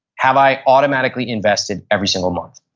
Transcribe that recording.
have i automatically invested every single month,